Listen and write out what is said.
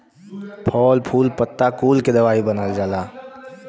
फल फूल पत्ता कुल के दवाई बनावल जाला